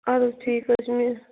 آد حظ ٹھیٖک حظ چھِ